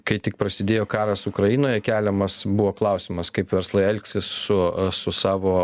kai tik prasidėjo karas ukrainoje keliamas buvo klausimas kaip verslai elgsis su su savo